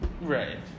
Right